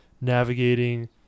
navigating